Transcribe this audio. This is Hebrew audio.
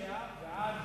היא תצביע בעד